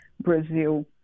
Brazil